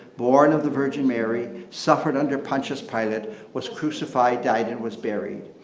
born of the virgin mary, suffered under pontius pilate, was crucified died and was buried.